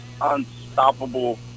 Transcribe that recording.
unstoppable